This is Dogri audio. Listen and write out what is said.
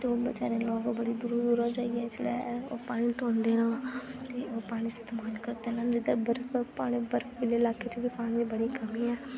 ते ओह् बेचारे लोक बड़े दूरू दूरू जाइयै जेह्ड़ा ऐ पानी ढोंदे न ते पानी इस्तेमाल करदे न जिद्धर बर्फ पानी बर्फ आह्ले लाके च बी पानी दी बड़ी कमी ऐ